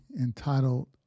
entitled